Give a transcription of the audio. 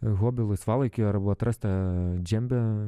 hobį laisvalaikį arba atrast tą džembę